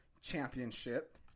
Championship